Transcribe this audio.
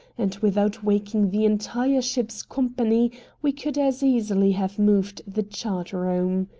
and without waking the entire ship's company we could as easily have moved the chart-room.